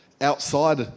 outside